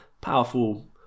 powerful